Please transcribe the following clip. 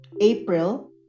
April